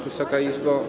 Wysoka Izbo!